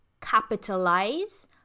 capitalize